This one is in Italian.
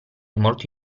molto